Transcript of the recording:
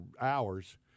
hours